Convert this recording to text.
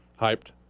Hyped